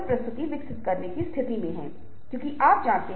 लेकिन हम इसे एक विशेष तरीके से भी कह सकते हैं